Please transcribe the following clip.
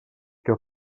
que